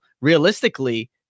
realistically